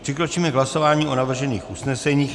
Přikročíme k hlasování o navržených usneseních.